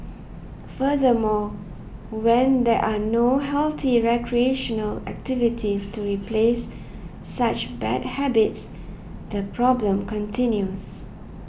furthermore when there are no healthy recreational activities to replace such bad habits the problem continues